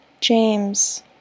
James